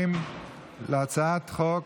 בעד הצעת החוק,